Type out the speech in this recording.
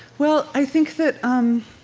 well, i think that um